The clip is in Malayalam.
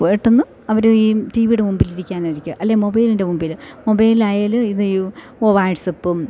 പെട്ടെന്ന് അവർ ഈ ടി വിയുടെ മുമ്പിലിരിക്കാനിരിക്കാൻ അല്ലെ മൊബൈലിൻ്റെ മുമ്പിൽ മൊബൈലായാലും ഇത് യൂ ഓ വാട്ട്സാപ്പും